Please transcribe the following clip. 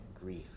grief